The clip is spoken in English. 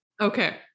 Okay